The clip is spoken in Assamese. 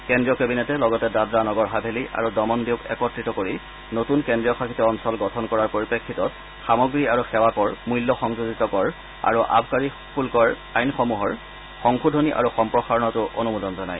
কেন্দ্ৰীয় কেবিনেটে লগতে দাদৰা নগৰ হাভেলী আৰু দমন ডিউক একৱিত কৰি নতুন কেন্দ্ৰীয়শাসিত অঞ্চল গঠন কৰাৰ পৰিপ্ৰেক্ষিতত সামগ্ৰী আৰু সেৱা কৰ মূল্য সংযোজিত কৰ আৰু আবকাৰী শুব্বৰ আইনসমূহৰ সংশোধনী আৰু সম্প্ৰসাৰণতো অনুমোদন জনায়